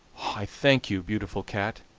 i thank you, beautiful cat,